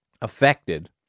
affected